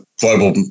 global